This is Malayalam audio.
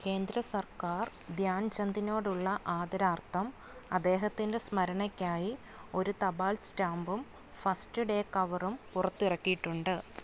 കേന്ദ്ര സർക്കാർ ധ്യാൻചന്ദിനോടുള്ള ആദരാർത്ഥം അദ്ദേഹത്തിൻ്റെ സ്മരണയ്ക്കായി ഒരു തപാൽ സ്റ്റാമ്പും ഫസ്റ്റ് ഡേ കവറും പുറത്തിറക്കിയിട്ടുണ്ട്